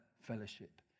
fellowship